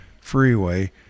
freeway